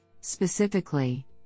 Specifically